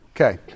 Okay